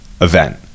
event